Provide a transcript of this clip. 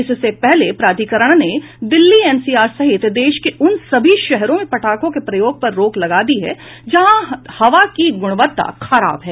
इससे पहले प्राधिकरण ने दिल्ली एनसीआर सहित देश के उन सभी शहरों में पटाखों के प्रयोग पर रोक लगा दी है जहां हवा की गुणवत्ता खराब है